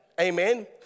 Amen